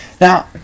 Now